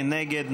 מי נגד?